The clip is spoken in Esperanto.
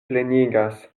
plenigas